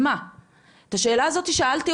את השאלה הזאת שאלתי,